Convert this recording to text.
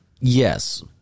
yes